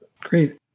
Great